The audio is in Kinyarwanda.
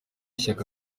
ishyaka